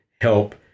help